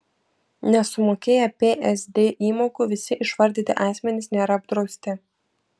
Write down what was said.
nesumokėję psd įmokų visi išvardyti asmenys nėra apdrausti